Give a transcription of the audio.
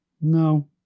no